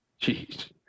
Jeez